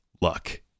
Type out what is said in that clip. luck